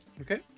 Okay